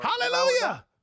Hallelujah